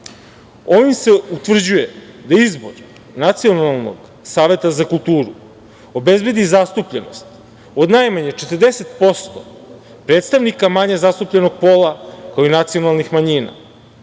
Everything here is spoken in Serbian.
se utvrđuje da je izbor Nacionalnog saveta za kulturu da obezbedi zastupljenost od najmanje 40% predstavnika manje zastupljenog pola, kao i nacionalnih manjina,